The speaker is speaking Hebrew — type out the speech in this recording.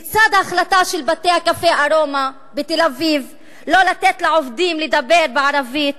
כיצד ההחלטה של בתי-הקפה "ארומה" בתל-אביב לא לתת לעובדים לדבר בערבית,